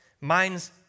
Minds